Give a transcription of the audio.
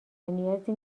نیازی